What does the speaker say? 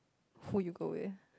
who you go with